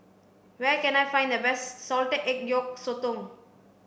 where can I find the best salted egg yolk sotong